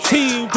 Team